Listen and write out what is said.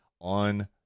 On